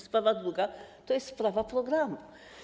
Sprawa druga to jest sprawa programu.